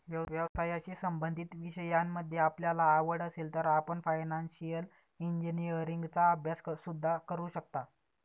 व्यवसायाशी संबंधित विषयांमध्ये आपल्याला आवड असेल तर आपण फायनान्शिअल इंजिनीअरिंगचा अभ्यास सुद्धा करू शकता